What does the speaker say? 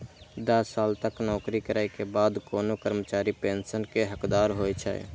दस साल तक नौकरी करै के बाद कोनो कर्मचारी पेंशन के हकदार होइ छै